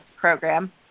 program